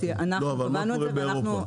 אבל מה קורה באירופה?